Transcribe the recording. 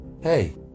hey